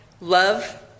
love